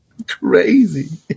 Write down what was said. Crazy